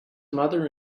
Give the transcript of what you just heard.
mother